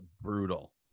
brutal